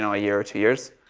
and a year or two years.